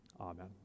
Amen